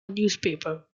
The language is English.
newspaper